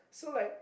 so like